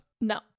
no